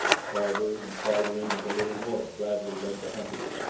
farther and farther into the little wood bradley led the hunters,